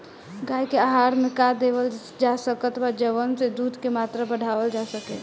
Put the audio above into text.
गाय के आहार मे का देवल जा सकत बा जवन से दूध के मात्रा बढ़ावल जा सके?